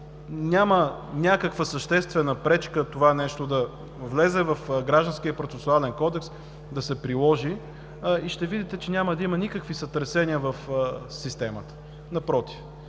няма някаква съществена пречка това нещо да влезе в Гражданския процесуален кодекс, да се приложи. Ще видите, че няма да има никакви сътресения в системата, напротив.